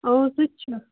اَوا سُہ تہِ چھِ